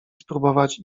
spróbować